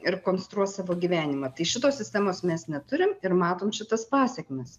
ir konstruos savo gyvenimą tai šitos sistemos mes neturim ir matom šitas pasekmes